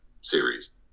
series